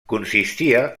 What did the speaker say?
consistia